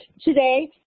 Today